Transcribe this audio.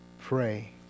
pray